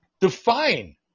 Define